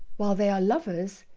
while they are lovers,